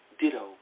ditto